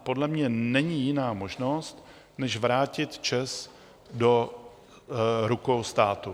Podle mě není jiná možnost než vrátit ČEZ do rukou státu.